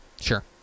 Sure